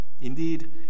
Indeed